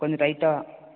கொஞ்சம் டைட்டாக